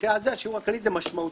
במקרה הזה השיעור הכללי משמעותית,